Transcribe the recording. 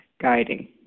guiding